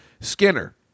Skinner